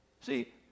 See